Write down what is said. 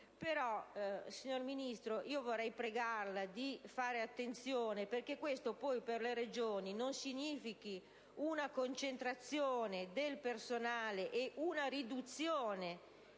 signor Ministro, vorrei pregarla di fare attenzione affinché questo per le Regioni non significhi una concentrazione del personale e una riduzione